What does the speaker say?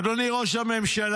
אדוני ראש הממשלה,